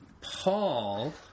Paul